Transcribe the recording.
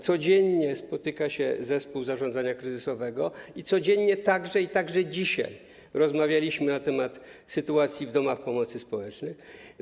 Codziennie spotyka się zespół zarządzania kryzysowego i codziennie, także dzisiaj, rozmawiamy na temat sytuacji w domach pomocy społecznej.